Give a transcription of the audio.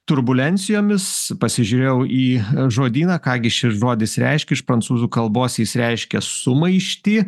turbulencijomis pasižiūrėjau į žodyną ką gi šis žodis reiškia iš prancūzų kalbos jis reiškia sumaištį